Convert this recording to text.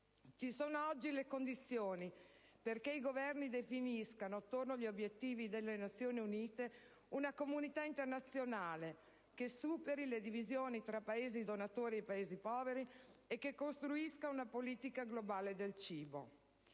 Ci sono oggi le condizioni perché i Governi definiscano, attorno agli obiettivi delle Nazioni Unite, una comunità internazionale che superi le divisioni tra Paesi donatori e Paesi poveri e che costruisca una politica globale del cibo.